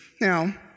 now